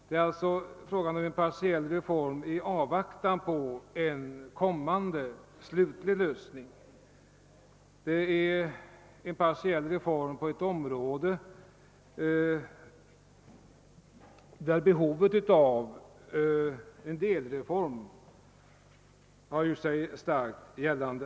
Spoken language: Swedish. Det är alltså fråga om en partiell reform i avvaktan på en kommande slutlig lösning, en partiell reform på ett område där behovet av en delreform har gjort sig starkt gällande.